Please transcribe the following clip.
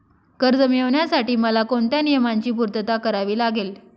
कर्ज मिळविण्यासाठी मला कोणत्या नियमांची पूर्तता करावी लागेल?